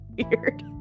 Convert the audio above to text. weird